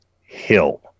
hill